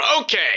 okay